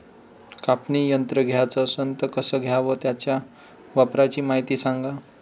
कापनी यंत्र घ्याचं असन त कस घ्याव? त्याच्या वापराची मायती सांगा